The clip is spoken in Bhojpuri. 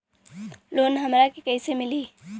लोन हमरा के कईसे मिली?